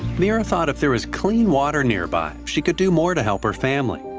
meera thought if there was clean water nearby, she could do more to help her family.